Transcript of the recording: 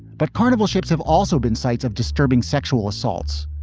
but carnival ships have also been sites of disturbing sexual assaults,